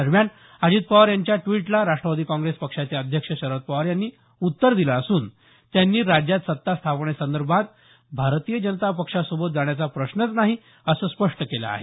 दरम्यान अजित पवार यांच्या द्विटला राष्ट्रवादी काँग्रेस पक्षाचे अध्यक्ष शरद पवार यांनी उत्तर दिलं असून त्यांनी राज्यात सत्ता स्थापनेसंदर्भात भारतीय जनता पक्षासोबत जाण्याचा प्रश्नच नाही असं स्पष्ट केलं आहे